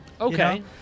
Okay